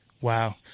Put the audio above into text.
Wow